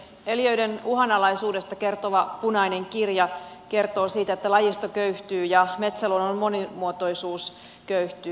eliöiden uhanalaisuudesta kertova punainen kirja kertoo siitä että lajisto köyhtyy ja metsäluonnon monimuotoisuus köyhtyy